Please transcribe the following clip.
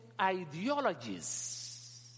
ideologies